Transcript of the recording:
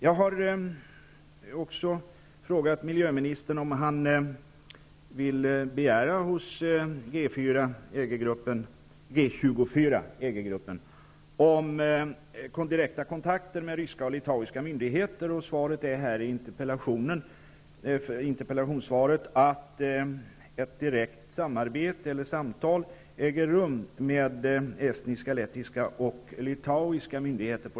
Jag har även frågat miljöministern om han hos G 24/EG-gruppen vill begära att direkta kontakter inleds med ryska och litauiska myndigheter, och svaret är att ett direkt samtal på området äger rum med estniska, lettiska och litauiska myndigheter.